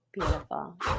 beautiful